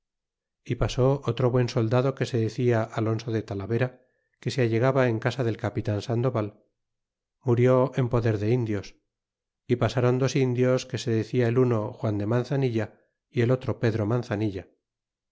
e pasó otro buen soldado que se decia alonso de talavera que se allegaba en casa del capitan sandoval murió en poder de indios e pasron dos indios que se decia el uno juan de manzanilla y el otro pedro manzanilla